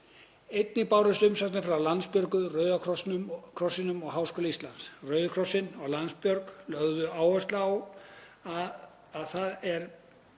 Einnig bárust umsagnir frá Landsbjörg, Rauða krossinum og Háskóla Íslands. Rauði krossinn og Landsbjörg lögðu áherslu á það að beðið